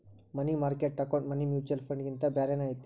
ಮನಿ market account money mutual ಫಂಡ್ಗಿಂತ ಬ್ಯಾರೇನ ಐತಿ